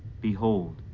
behold